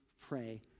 pray